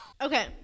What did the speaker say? Okay